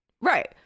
Right